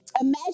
Imagine